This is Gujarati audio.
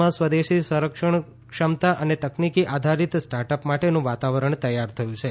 દેશમાં સ્વદેશી સંરક્ષણ ક્ષમતા અને તકનીકી આધારિત સ્ટાર્ટઅપ માટેનું વાતાવરણ તૈયાર થયું છે